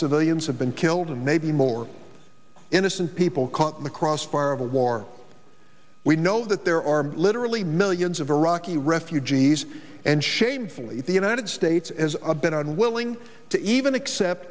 civilians have been killed and maybe more innocent people caught in the crossfire of a war we know that there are literally millions of iraqi refugees and shamefully the united states as a been unwilling to even accept